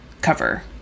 cover